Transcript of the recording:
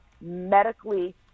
medically